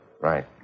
Right